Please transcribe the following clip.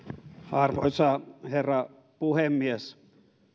arvoisa herra puhemies minäkin